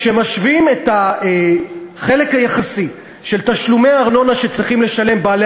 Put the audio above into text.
כשמשווים את החלק היחסי של תשלומי הארנונה שצריכים לשלם בעלי